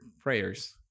prayers